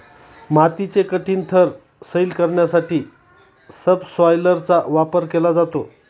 मातीचे कठीण थर सैल करण्यासाठी सबसॉयलरचा वापर केला जातो